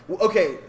Okay